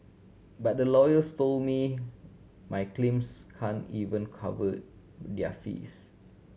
but the lawyers told me my claims can't even cover their fees